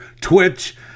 Twitch